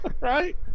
Right